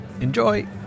Enjoy